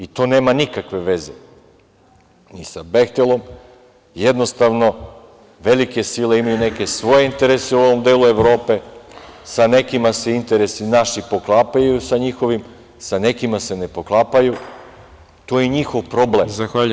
I to nema nikakve veze ni sa "Behtelom", jednostavno, velike sile imaju neke svoje interese u ovom delu Evrope, sa nekima se interesi naši poklapaju sa njihovim, sa nekima se ne poklapaju i to je njihov problem.